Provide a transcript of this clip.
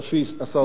השר ארדן,